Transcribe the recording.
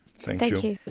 thank you.